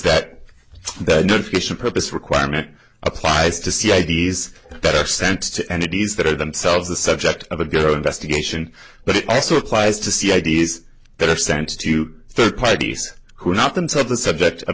that the purpose requirement applies to see i d s that are sent to and it is that are themselves the subject of a girl investigation but it also applies to see ideas that are sent to third parties who are not themselves the subject of